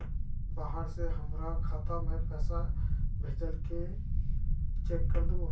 बाहर से हमरा खाता में पैसा भेजलके चेक कर दहु?